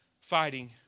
fighting